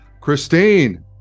Christine